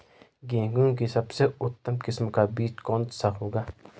गेहूँ की सबसे उत्तम किस्म का बीज कौन सा होगा?